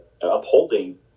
upholding